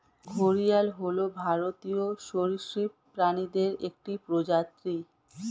ঘড়িয়াল হল ভারতীয় সরীসৃপ প্রাণীদের একটি প্রজাতি